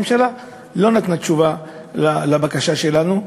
והממשלה לא נתנה תשובה על הבקשה שלנו.